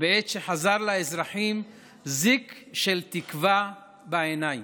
בעת שחזר לאזרחים זיק של תקווה בעיניים,